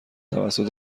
توسط